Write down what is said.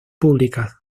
públicas